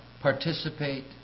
participate